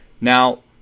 Now